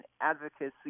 advocacy